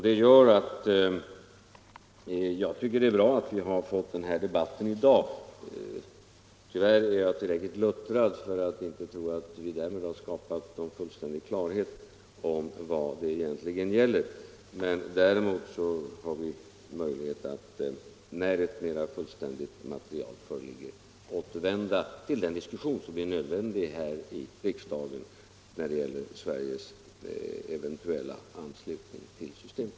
Det gör att jag tycker att det är bra att vi har fått den här debatten i dag. Tyvärr är jag tillräckligt luttrad för att tro att vi därmed inte skapat någon fullständig klarhet om vad saken egentligen gäller, men då ett mera komplett material föreligger kan vi återvända till den diskussion som är nödvändig här i riksdagen när det gäller Sveriges eventuella anslutning till systemet.